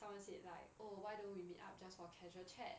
someone say like oh why don't we meet up just for casual chat